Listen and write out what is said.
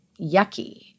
yucky